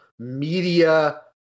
media